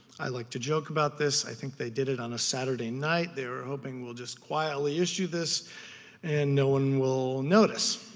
i like to joke about this. i think they did it on a saturday night. they were hoping we'll just quietly issue this and no one will notice.